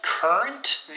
Current